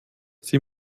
sie